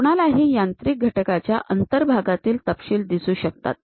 कोणालाही यांत्रिक घटकाच्या अंतर्भागातील तपशील दिसू शकतात